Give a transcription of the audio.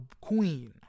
queen